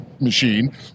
machine